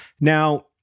Now